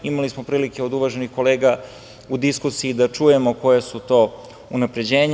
Imali smo prilike od uvaženih kolega u diskusiji da čujemo koja su to unapređenja.